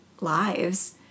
lives